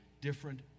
different